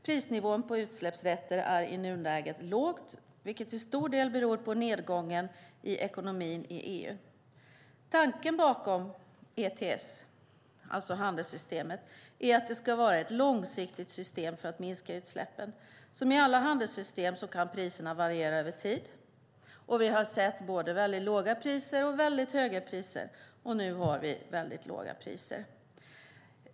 Prisnivån på utsläppsrätter är i nuläget låg, vilket till stor del beror på nedgången i ekonomin i EU. Tanken bakom ETS, det vill säga handelssystemet, är att det ska vara ett långsiktigt system för att minska utsläppen. Som i alla handelssystem kan priserna variera över tid. Vi har sett både mycket låga priser och mycket höga priser, och nu har vi mycket låga priser.